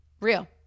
Real